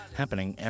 happening